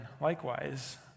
likewise